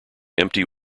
empty